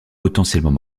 potentiellement